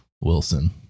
Wilson